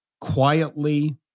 quietly